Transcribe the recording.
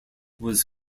was